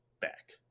back